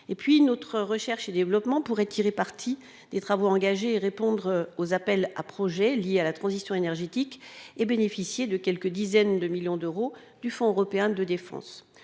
défaut. Notre recherche et développement pourrait tirer parti des travaux engagés et répondre aux appels à projets liés à la transition énergétique et bénéficier ainsi de quelques dizaines de millions d'euros du Fonds européen de défense.